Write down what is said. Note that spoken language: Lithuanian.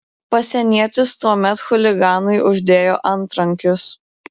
pasienietis tuomet chuliganui uždėjo antrankius